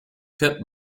bit